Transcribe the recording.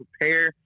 prepare